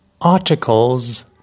Articles